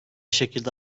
şekilde